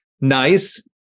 nice